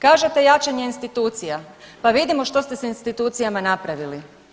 Kažete, jačanje institucija, pa vidimo što ste s institucijama napravili.